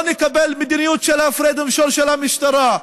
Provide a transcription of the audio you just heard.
לא נקבל מדיניות של הפרד ומשול של המשטרה.